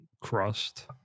crust